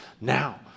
now